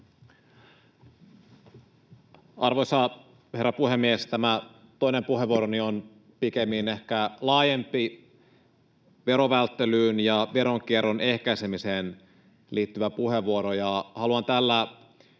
Arvoisa herra puhemies! Tämä toinen puheenvuoroni on pikemmin ehkä laajempi verovälttelyyn ja veronkierron ehkäisemiseen liittyvä puheenvuoro. Haluan tällä